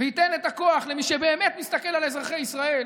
וייתן את הכוח למי שבאמת מסתכל על אזרחי ישראל,